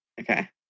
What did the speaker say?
okay